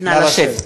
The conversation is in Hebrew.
הנשיא! (חברי הכנסת מקדמים בקימה את פני נשיא המדינה.) נא לשבת.